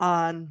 on